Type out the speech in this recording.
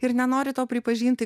ir nenori to pripažinti